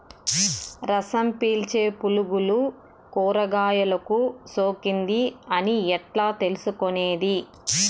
రసం పీల్చే పులుగులు కూరగాయలు కు సోకింది అని ఎట్లా తెలుసుకునేది?